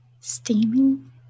Steaming